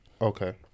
Okay